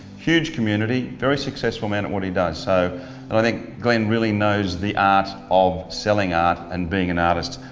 huge community, a very successful man at what he does. so, and i think glenn really knows the art of selling art and being an artist,